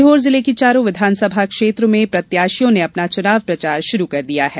सीहोर जिले की चारों विधानसभा क्षेत्र में प्रत्याशियों ने अपना चुनाव प्रचार शुरू कर दिया है